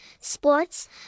sports